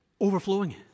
overflowing